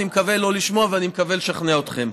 אני מקווה לא לשמוע ואני מקווה לשכנע אתכם.